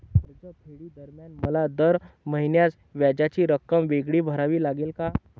कर्जफेडीदरम्यान मला दर महिन्यास व्याजाची रक्कम वेगळी भरावी लागेल का?